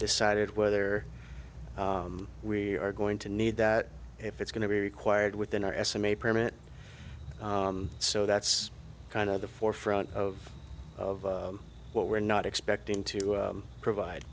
decided whether we are going to need that if it's going to be required within our estimate permit so that's kind of the forefront of of what we're not expecting to provide